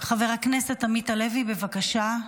הכנסת עמית הלוי, בבקשה.